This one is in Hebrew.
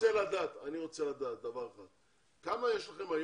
אני רוצה לדעת כמה יש לכם היום.